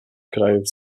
krajów